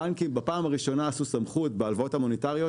הבנקים בפעם הראשונה עשו סמכות בהלוואות המוניטריות